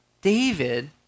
David